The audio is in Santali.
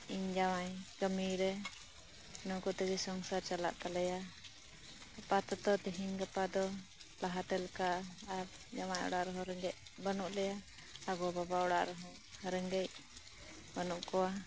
ᱤᱧ ᱡᱟᱶᱟᱭ ᱠᱟᱢᱤᱨᱮ ᱤᱱᱟᱹ ᱠᱚᱛᱮ ᱜᱮ ᱥᱚᱝᱥᱟᱨ ᱪᱟᱞᱟᱜ ᱛᱟᱞᱮᱭᱟ ᱟᱯᱟᱛᱚᱛᱚ ᱛᱮᱹᱦᱮᱹᱧ ᱜᱟᱯᱟ ᱫᱚ ᱞᱟᱦᱟᱛᱮ ᱞᱮᱠᱟ ᱟᱨ ᱡᱟᱶᱟᱭ ᱚᱲᱟᱜ ᱨᱮᱦᱚᱸ ᱨᱮᱸᱜᱮᱡ ᱵᱟᱱᱩᱜ ᱞᱮᱭᱟ ᱟᱨ ᱜᱚᱼᱵᱟᱵᱟ ᱚᱲᱟᱜ ᱨᱮᱦᱚᱸ ᱨᱮᱸᱜᱮᱡ ᱵᱟᱱᱩᱜ ᱠᱚᱣᱟ